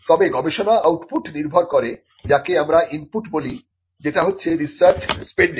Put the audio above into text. তবে গবেষণা আউটপুট নির্ভর করে যাকে আমরা ইনপুট বলিযেটা হচ্ছে রিসার্চ স্পেনডিং